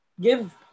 give